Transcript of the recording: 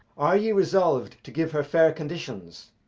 are ye resolv'd to give her fair conditions?